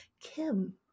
Kim